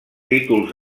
títols